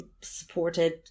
supported